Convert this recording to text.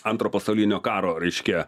antro pasaulinio karo reiškia